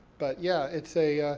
but yeah, it's a,